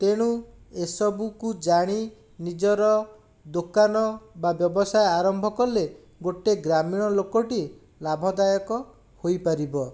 ତେଣୁ ଏସବୁକୁ ଜାଣି ନିଜର ଦୋକାନ ବା ବ୍ୟବସାୟ ଆରମ୍ଭ କଲେ ଗୋଟିଏ ଗ୍ରାମୀଣ ଲୋକଟି ଲାଭଦାୟକ ହୋଇପାରିବ